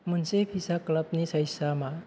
मोनसे फिसा क्लाबनि साइजआ मा